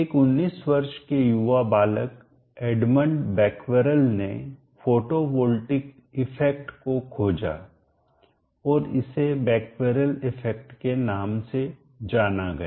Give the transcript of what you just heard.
एक 19 वर्ष के युवा बालक एडमंड बैक्वेरेल ने फोटोवॉल्टिक इफेक्ट को खोजा और इसे बैक्वेरेल इफेक्ट के नाम से जाना गया